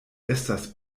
estas